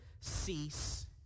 cease